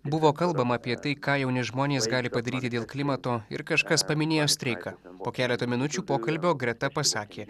buvo kalbama apie tai ką jauni žmonės gali padaryti dėl klimato ir kažkas paminėjo streiką po keleto minučių pokalbio greta pasakė